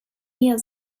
mehr